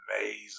amazing